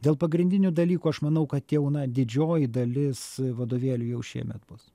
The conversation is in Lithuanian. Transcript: dėl pagrindinių dalykų aš manau kad jau na didžioji dalis vadovėlių jau šiemet bus